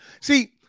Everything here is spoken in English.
See